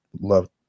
Love